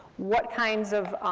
what kinds of